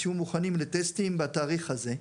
תהיו מוכנים לטסטים בתאריך הזה,